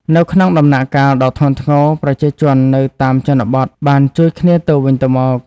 នៅក្នុងដំណាក់កាលដ៏ធ្ងន់ធ្ងរ ប្រជាជននៅតាមជនបទបានជួយគ្នាទៅវិញទៅមក។